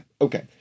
Okay